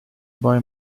boy